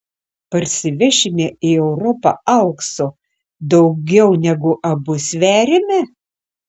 parsivešime į europą aukso daugiau negu abu sveriame